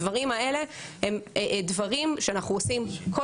הדברים האלה הם דברים שאנחנו עושים כל